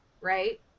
right